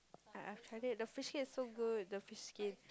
I I've had it the fish skin is so good the fish skin